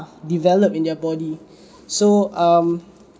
develop in their body so um